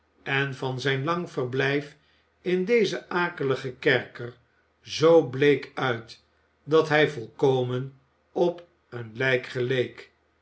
en van zijn lang verblijf in dezen akeligen kerker zoo bleek uit dat hij volkomen op een lijk geleek